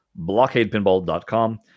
blockadepinball.com